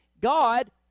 God